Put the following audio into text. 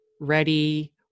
ready